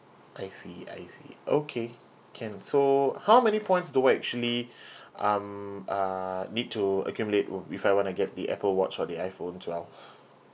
I see I see okay can so how many points do I actually um uh need to accumulate if I wanna get the Apple watch or the iPhone twelve